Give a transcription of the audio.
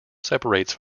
separates